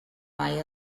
mai